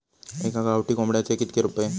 एका गावठी कोंबड्याचे कितके रुपये?